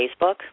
Facebook